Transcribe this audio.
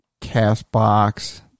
Castbox